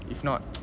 it's not